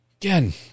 again